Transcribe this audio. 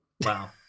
Wow